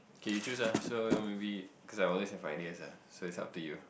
okay you choose ah so you maybe cause I always have ideas ah so it's up to you